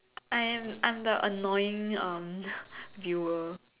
I I'm the annoying viewer